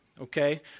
okay